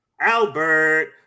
Albert